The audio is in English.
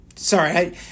Sorry